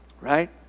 right